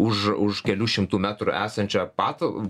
už už kelių šimtų metrų esančią patal